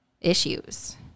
issues